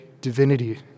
divinity